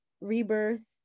rebirth